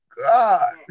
God